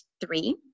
three